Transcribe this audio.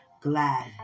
glad